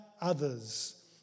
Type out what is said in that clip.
others